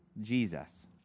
Jesus